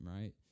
right